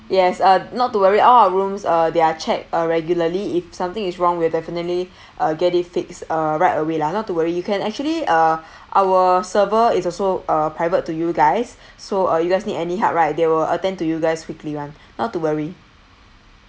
yes uh not to worry all our rooms uh they are check uh regularly if something is wrong we'll definitely uh get it fixed uh right away lah not to worry you can actually uh our server is also uh private to you guys so uh you guys need any help right they will attend to you guys quickly [one] not to worry